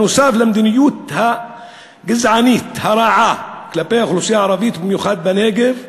נוסף על המדיניות הגזענית הרעה כלפי האוכלוסייה הערבית במיוחד בנגב,